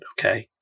okay